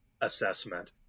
assessment